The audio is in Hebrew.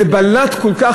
זה בלט כל כך.